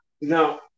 No